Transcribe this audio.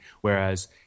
Whereas